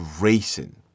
racing